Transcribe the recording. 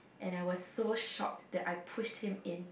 and I was so shocked that I pushed him in